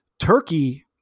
turkey